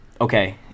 okay